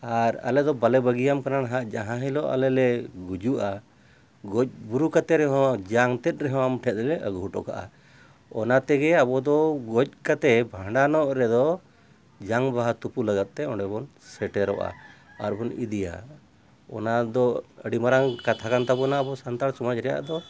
ᱟᱨ ᱟᱞᱮ ᱫᱚ ᱵᱟᱞᱮ ᱵᱟᱹᱜᱤᱭᱟᱢ ᱠᱟᱱᱟ ᱱᱟᱦᱟᱜ ᱡᱟᱦᱟᱸ ᱦᱤᱞᱳᱜ ᱟᱞᱮᱞᱮ ᱜᱩᱡᱩᱜᱼᱟ ᱜᱚᱡ ᱵᱩᱨᱩ ᱠᱟᱛᱮ ᱨᱮᱦᱚᱸ ᱡᱟᱝ ᱛᱮᱫ ᱨᱮᱦᱚᱸ ᱟᱢᱴᱷᱮᱱ ᱨᱮᱞᱮ ᱟᱹᱜᱩ ᱦᱚᱴᱚ ᱠᱟᱜᱼᱟ ᱚᱱᱟ ᱛᱮᱜᱮ ᱟᱵᱚᱫᱚ ᱜᱚᱡ ᱠᱟᱛᱮᱜ ᱵᱷᱟᱸᱰᱟᱱᱚᱜ ᱨᱮᱫᱚ ᱡᱟᱝ ᱵᱟᱦᱟ ᱛᱩᱯᱩ ᱞᱟᱜᱟᱫᱛᱮ ᱚᱸᱰᱮᱵᱚᱱ ᱥᱮᱴᱮᱨᱚᱜᱼᱟ ᱟᱨ ᱵᱚᱱ ᱤᱫᱤᱭᱟ ᱚᱱᱟ ᱫᱚ ᱟᱹᱰᱤ ᱢᱟᱨᱟᱝ ᱠᱟᱛᱷᱟ ᱠᱟᱱ ᱛᱟᱵᱚᱱᱟ ᱟᱵᱚ ᱥᱟᱱᱛᱟᱲ ᱥᱚᱢᱟᱡ ᱨᱮᱭᱟᱜ ᱫᱚ